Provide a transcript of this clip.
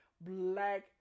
black